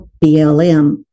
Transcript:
BLM